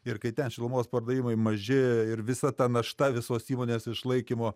ir kai ten šilumos pardavimai maži ir visa ta našta visos įmonės išlaikymo